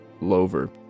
Lover